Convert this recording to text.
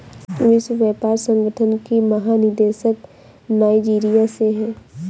विश्व व्यापार संगठन की महानिदेशक नाइजीरिया से है